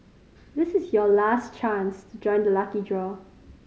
this is your last chance to join the lucky draw